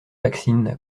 vaccine